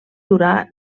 durar